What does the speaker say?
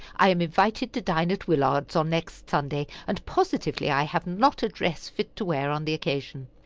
i am invited to dine at willard's on next sunday, and positively i have not a dress fit to wear on the occasion.